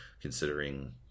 considering